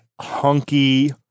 hunky